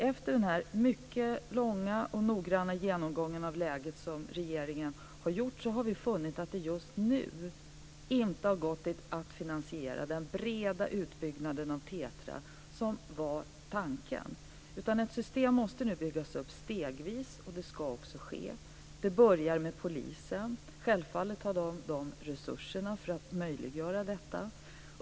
Efter den mycket långa och noggranna genomgången av läget som regeringen har gjort har vi funnit att det just nu inte har gått att finansiera den breda utbyggnad av TETRA som var tanken. Ett system måste nu byggas upp stegvis och det ska också ske. Det börjar med polisen. Självfallet har de resurserna för att möjliggöra detta.